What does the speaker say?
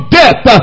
death